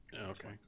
Okay